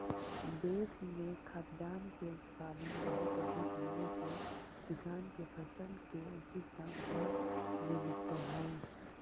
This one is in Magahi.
देश में खाद्यान्न के उत्पादन बहुत अधिक होवे से किसान के फसल के उचित दाम न मिलित हइ